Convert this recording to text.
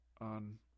on